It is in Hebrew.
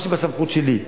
מה שבסמכות שלי,